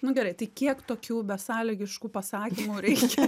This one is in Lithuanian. nu gerai tai kiek tokių besąlygiškų pasakymų reikia